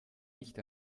nicht